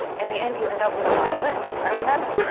in the end you end up with a violin. i mean that's,